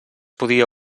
podia